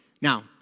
Now